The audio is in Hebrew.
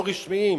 לא רשמיים.